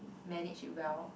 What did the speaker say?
manage well